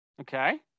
Okay